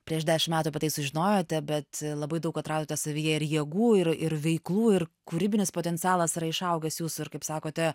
prieš dešim metų apie tai sužinojote bet labai daug atradote savyje ir jėgų ir ir veiklų ir kūrybinis potencialas yra išaugęs jūsų ir kaip sakote